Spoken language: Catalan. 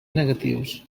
negatius